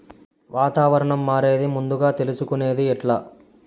వాతావరణం మారేది ముందుగా తెలుసుకొనేది ఎట్లా?